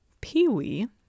Pee-wee